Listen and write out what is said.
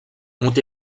ont